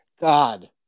God